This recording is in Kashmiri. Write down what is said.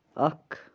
اَکھ